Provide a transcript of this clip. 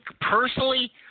personally